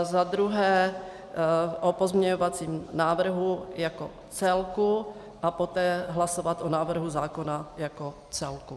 Za druhé o pozměňovacím návrhu jako celku a poté hlasovat o návrhu zákona jako celku.